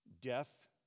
death